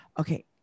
Okay